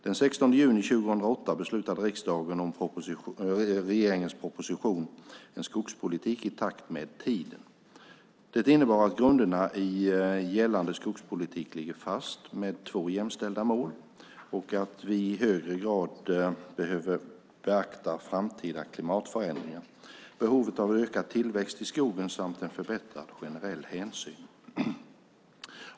Den 16 juni 2008 beslutade riksdagen om regeringens proposition En skogspolitik i takt med tiden . Det innebär att grunderna i gällande skogspolitik ligger fast med två jämställda mål och att vi i högre grad behöver beakta framtida klimatförändringar, behovet av ökad tillväxt i skogen samt en förbättrad generell hänsyn.